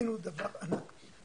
עשינו דבר ענק.